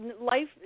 life